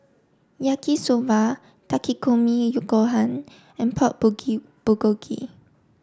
Yaki Soba Takikomi Gohan and Pork Bulgogi